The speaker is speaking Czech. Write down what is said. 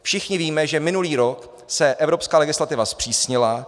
Všichni víme, že minulý rok se evropská legislativa zpřísnila.